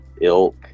ilk